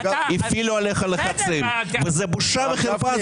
הפעילו עליך לחצים וזה בושה וחרפה.